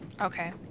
Okay